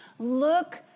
Look